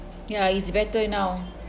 ya it's better now